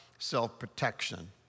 Self-protection